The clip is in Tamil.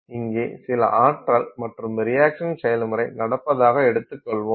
இங்கே சில ஆற்றல் மற்றும் ரியாக்சன் செயல்முறை நடப்பதாக எடுத்துக்கொள்வோம்